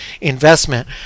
investment